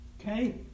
Okay